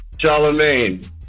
Charlemagne